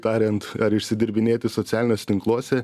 tariant ar išsidirbinėti socialiniuos tinkluose